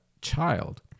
child